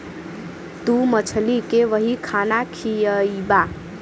तू मछली के वही खाना खियइबा